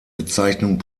bezeichnung